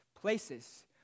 places